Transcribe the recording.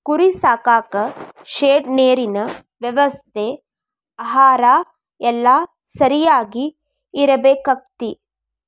ಕುರಿ ಸಾಕಾಕ ಶೆಡ್ ನೇರಿನ ವ್ಯವಸ್ಥೆ ಆಹಾರಾ ಎಲ್ಲಾ ಸರಿಯಾಗಿ ಇರಬೇಕಕ್ಕತಿ